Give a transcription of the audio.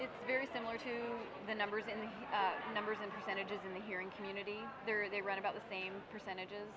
it's very similar to the numbers in the numbers and percentages in the hearing community there they run about the same percentages i